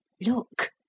Look